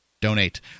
donate